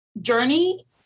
journey